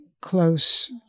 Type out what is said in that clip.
close